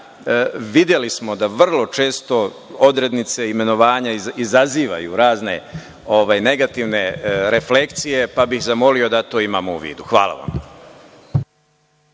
Videli smo da vrlo često odrednice, imenovanja izazivaju razne negativne reflekcije, pa bih zamolio da to imamo u vidu. Hvala vam.